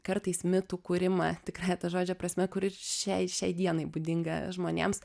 kartais mitų kūrimą tikrąja to žodžio prasme kur ir šiai šiai dienai būdinga žmonėms